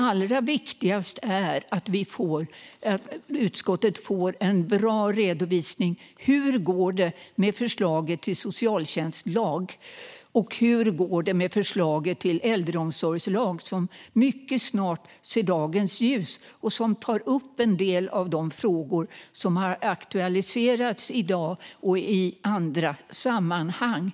Allra viktigast är att utskottet får en bra redovisning av hur det går med förslaget till socialtjänstlag och hur det går med förslaget till äldreomsorgslag som mycket snart ser dagens ljus och som tar upp en del av de frågor som har aktualiserats i dag och i andra sammanhang.